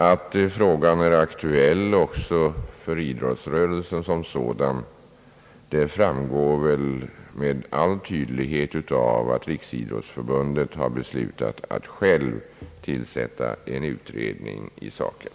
Att frågan är aktuell också för idrottsrörelsen som sådan framgår väl med all önskvärd tydlighet av att Riksidrottsförbundet har beslutat att självt tillsätta en utredning i saken.